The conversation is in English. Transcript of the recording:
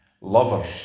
lovers